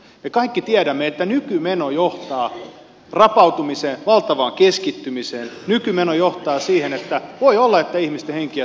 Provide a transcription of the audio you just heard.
me kaikki tiedämme että nykymeno johtaa rapautumiseen valtavaan keskittymiseen nykymeno johtaa siihen että voi olla että ihmisten henki ja terveys on uhan alla